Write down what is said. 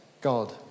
God